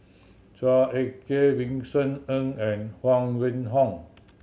Chua Ek Kay Vincent Ng and Huang Wenhong